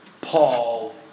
Paul